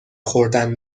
خوردن